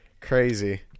Crazy